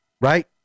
right